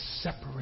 separate